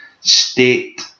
state